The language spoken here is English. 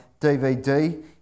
DVD